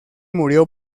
murió